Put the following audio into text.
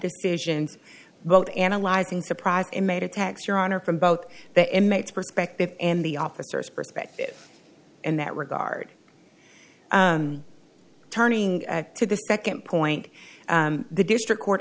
decisions both analyzing surprised and made attacks your honor from both the inmates perspective and the officer's perspective in that regard turning to the second point the district court